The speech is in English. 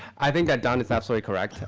i think that don is absolutely correct.